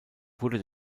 wurde